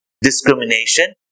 discrimination